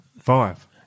five